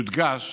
יודגש